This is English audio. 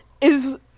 is-